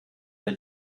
der